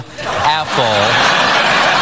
Apple